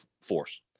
force